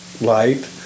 Light